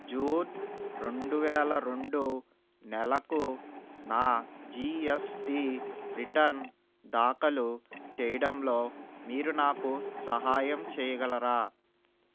June రెండు వేల రెండు నెలకు నా జీ ఎస్ టీ రిటర్న్ దాఖలు చేయడంలో మీరు నాకు సహాయం చేయగలరా